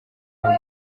bw’u